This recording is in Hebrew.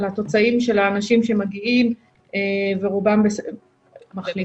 על התוצאים של האנשים שמגיעים ורובם מחלימים,